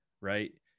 right